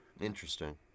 Interesting